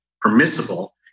permissible